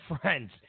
friends